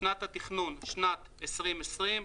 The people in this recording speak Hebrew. "שנת התכנון" שנת 2020,